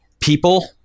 People